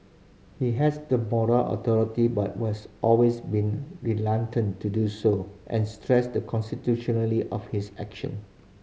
he has the moral authority but was always been reluctant to do so and stressed the constitutionality of his actions